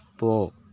போ